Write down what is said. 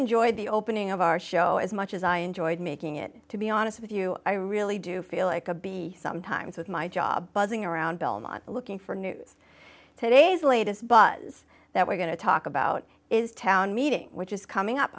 enjoyed the opening of our show as much as i enjoyed making it to be honest with you i really do feel like a bee sometimes with my job buzzing around belmont looking for news today's latest buzz that we're going to talk about is town meeting which is coming up